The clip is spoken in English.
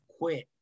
quit